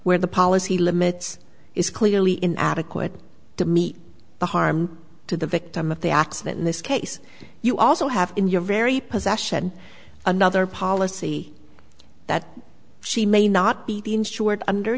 where the policy limits is clearly in adequate to meet the harm to the victim of the accident in this case you also have in your very possession another policy that she may not be insured under